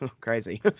Crazy